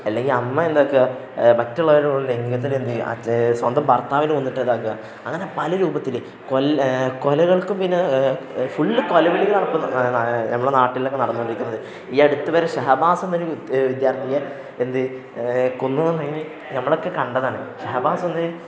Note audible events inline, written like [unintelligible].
അല്ലെങ്കില് അമ്മ എന്താണ് മറ്റുള്ളവരുടെ കൂടെ [unintelligible] എന്തുചെയ്യും സ്വന്തം ഭർത്താവിനെ കൊന്നിട്ട് ഇതാക്കുക അങ്ങനെ പല രൂപത്തില് കൊലകൾക്കും പിന്നെ ഫുള് കൊല്ലവിളികളാണ് ഇപ്പോള് നമ്മുടെ നാട്ടിലൊക്കെ നടന്നുകൊണ്ടിരിക്കുന്നത് ഈ അടുത്തുവരെ ഷഹബാസെന്ന ഒരു വിദ്യാർത്ഥിയെ എന്താണ് കൊന്നത് [unintelligible] നമ്മളൊക്കെ കണ്ടതാണ് ഹബാസെന്ന്